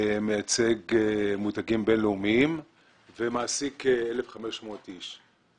מייצג מותגים בין-לאומיים ומעסיק 1,500 עובדים.